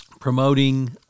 promoting